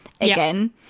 again